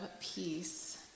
peace